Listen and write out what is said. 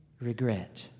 regret